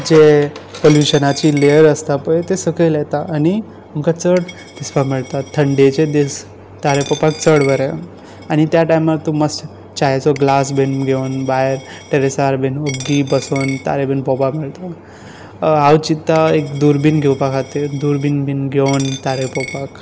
जे पल्युशनाची लेयर आसता पळय तें सकयल येता आनी आमकां चड दिसपाक मेळतात थंडेचे दीस तारे पळोवपाक चड बरें आनी त्या टायमार तूं मातसो चायेचो ग्लास बीन घेवन भायर टॅरसार बीन ओग्गी बसून तारे बीन पळोवपाक मेळता हांव चिंत्तां एक दुर्बीन घेवपा खातीर दुर्बीन बीन घेवन तारे पळोवपाक